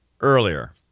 earlier